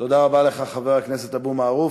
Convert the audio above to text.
תודה רבה לך, חבר הכנסת אבו מערוף.